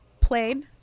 played